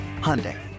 Hyundai